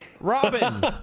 Robin